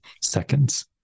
seconds